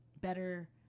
better